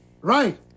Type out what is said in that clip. Right